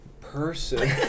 person